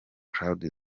claude